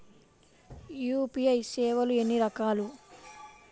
UPI సేవలు ఎన్నిరకాలు?